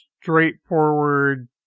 straightforward